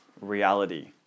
reality